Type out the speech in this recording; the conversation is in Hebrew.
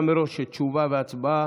להמשך דיון בוועדת העבודה והרווחה.